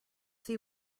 see